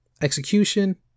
Execution